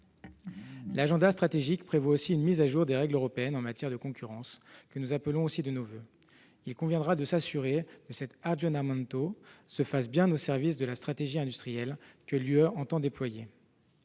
L'agenda stratégique prévoit également une mise à jour des règles européennes en matière de concurrence, que nous appelons aussi de nos voeux : il conviendra de s'assurer que cet se fasse bien au service de la stratégie industrielle que l'Union entend déployer.